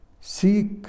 seek